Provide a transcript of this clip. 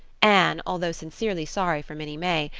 anne, although sincerely sorry for minnie may,